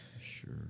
sure